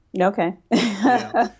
Okay